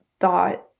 thought